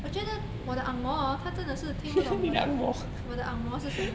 我觉得我的 ang moh hor 他真的是听不懂我的我的 ang moh 是什么